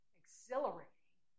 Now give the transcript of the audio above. exhilarating